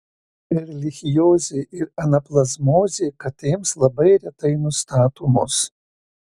erlichiozė ir anaplazmozė katėms labai retai nustatomos